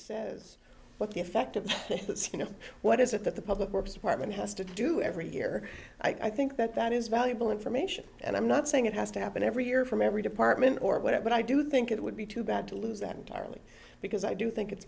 says what the effect of that you know what is it that the public works department has to do every year i think that that is valuable information and i'm not saying it has to happen every year from every department or whatever but i do think it would be too bad to lose that entirely because i do think it's